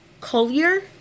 Collier